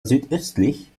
südöstlich